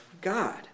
God